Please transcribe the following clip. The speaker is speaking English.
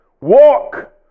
Walk